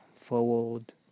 forward